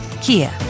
Kia